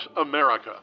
America